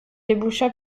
déboucha